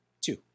Two